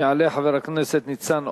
יעלה חבר הכנסת ניצן הורוביץ.